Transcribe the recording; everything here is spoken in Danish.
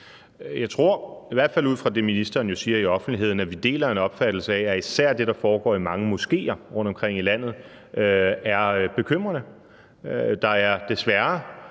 Jeg tror, i hvert fald ud fra det ministeren siger i offentligheden, at vi deler en opfattelse af, at især det, der foregår i mange moskeer rundtomkring i landet, er bekymrende. Der er desværre